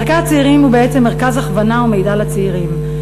מרכז צעירים הוא בעצם מרכז הכוונה ומידע לצעירים.